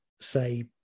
say